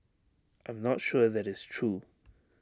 I'm not sure that is true